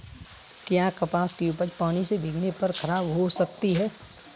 क्या कपास की उपज पानी से भीगने पर खराब हो सकती है?